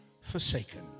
forsaken